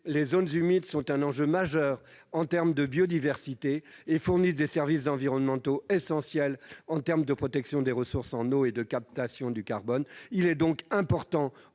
les zones humides constituent un enjeu majeur en termes de biodiversité et fournissent des services environnementaux essentiels en termes de protection des ressources en eau et de captation du carbone. Il est important,